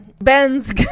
Ben's